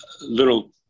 little